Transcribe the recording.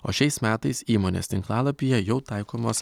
o šiais metais įmonės tinklalapyje jau taikomas